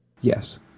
Yes